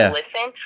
listen